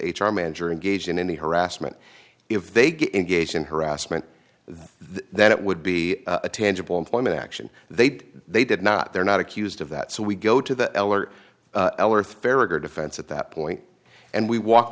r manager engaged in any harassment if they get engaged in harassment then it would be a tangible employment action they'd they did not they're not accused of that so we go to the l or l or therapy or defense at that point and we walk